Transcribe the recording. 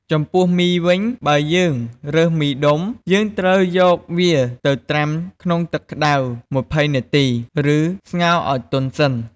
ចំពោះមីវិញ បើយើងរើសមីដុំ យើងត្រូវយកវាទៅត្រាំក្នុងទឹកក្តៅ ២០នាទី ឬស្ងោរឱ្យទន់សិន។